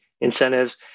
incentives